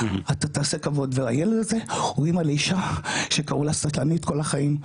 אתה תעשה כבוד והילד הזה הוא אמא לאישה שקראו לה סטלנית כל החיים,